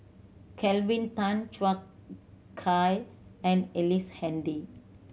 Kelvin Tan Chua Kay and Ellice Handy